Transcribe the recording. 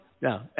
No